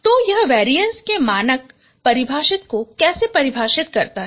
तो यह वेरीएंस के मानक परिभाषा को कैसे परिभाषित करता है